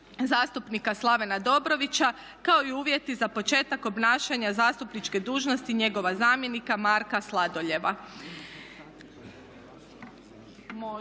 zastupnika Slavena Dobrovića kao i uvjeti za početak obnašanja zastupniče dužnosti njegova zamjenika Marka Sladoljeva.